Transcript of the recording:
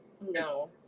no